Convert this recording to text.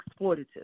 exploitative